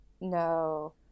No